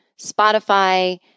Spotify